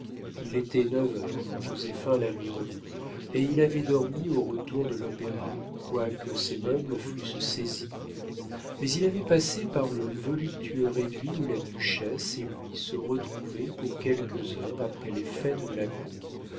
il était neuf heures quand joséphin la lui remit et il avait dormi au retour de l'opéra quoique ses meubles fussent saisis mais il avait passé par le voluptueux réduit où la duchesse et lui se retrouvaient pour quelques heures après les fêtes de la cour